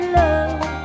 love